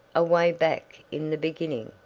away back in the beginning.